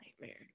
nightmare